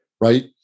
right